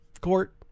court